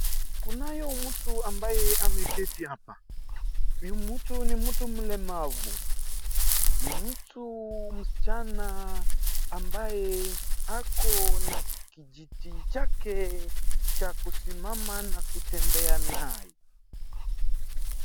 Kunayo mtu ambaye ameketi hapa, huyu mtu ni mtu mlemavu. Ni mtu msichana ambaye ako na kijiti chake cha kusimama na kutembea nayo.